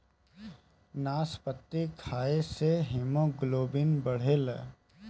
नाशपाती खाए से हिमोग्लोबिन बढ़ेला